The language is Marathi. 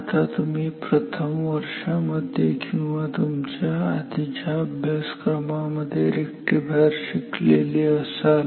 आता तुम्ही प्रथम वर्षांमध्ये किंवा तुमच्या आधीच्या अभ्यासक्रमांमध्ये रेक्टिफायर शिकलेले असाल